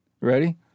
Ready